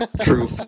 True